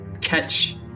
Catch